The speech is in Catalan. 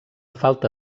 falta